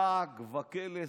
לעג וקלס